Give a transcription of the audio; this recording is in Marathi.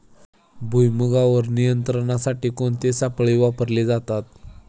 भुईमुगावर नियंत्रणासाठी कोणते सापळे वापरले जातात?